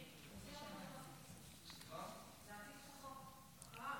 הצעת חוק זכויות הדייר בדיור הציבורי (הוראת שעה,